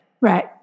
Right